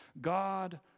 God